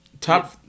top